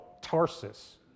Tarsus